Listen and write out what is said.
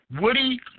Woody